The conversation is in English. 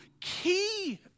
key